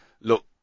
look